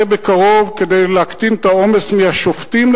בקרוב כדי להקטין את העומס שעל השופטים,